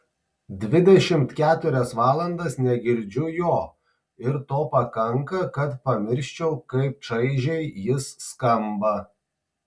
dvidešimt keturias valandas negirdžiu jo ir to pakanka kad pamirščiau kaip čaižiai jis skamba